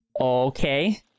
okay